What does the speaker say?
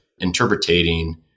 interpreting